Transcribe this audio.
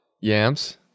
yams